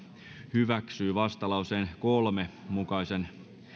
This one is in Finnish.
hyväksyy vastalauseen kolmen mukaisen